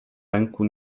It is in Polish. ręku